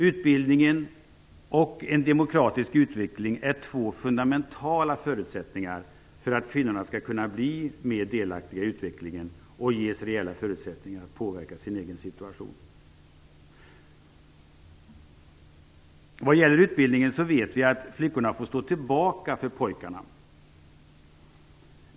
Utbildning och en demokratisk utveckling är två fundamentala förutsättningar för att kvinnorna skall kunna bli mer delaktiga i utvecklingen och ges reella förutsättningar att påverka sin egen situation. Vad gäller utbildning så vet vi att flickorna får stå tillbaka för pojkarna.